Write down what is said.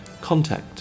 Contact